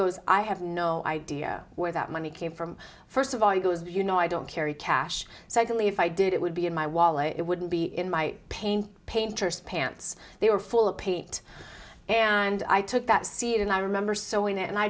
goes i have no idea where that money came from first of all you know i don't carry cash secondly if i did it would be in my wallet it wouldn't be in my paint painter's pants they were full of paint and i took that seat and i remember sewing it and i